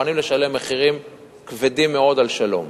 מוכנים לשלם מחירים כבדים מאוד על שלום.